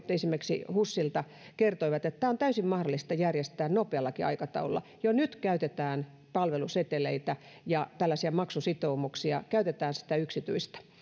esimerkiksi husilta kertoivat että tämä on täysin mahdollista järjestää nopeallakin aikataululla jo nyt käytetään palveluseteleitä ja tällaisia maksusitoumuksia eli käytetään yksityistä